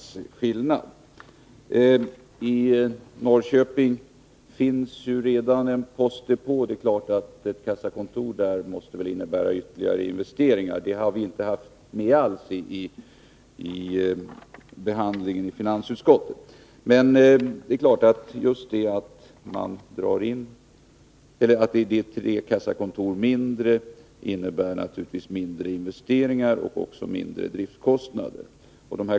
I exempelvis Norrköping finns redan en postdepå, och det är klart att ett kassakontor där måste innebära ytterligare investeringar — det är en sak som vi inte hade med vid behandlingen i finansutskottet. Tre kassakontor mindre innebär naturligtvis mindre investeringar och också mindre driftkostnader.